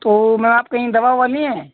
तो मैम आप कहीं दवा ओवा ली हैं